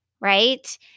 right